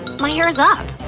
my hair's up!